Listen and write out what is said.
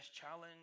challenge